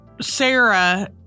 Sarah